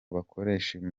bakoresha